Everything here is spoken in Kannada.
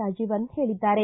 ರಾಜೀವನ್ ಹೇಳಿದ್ದಾರೆ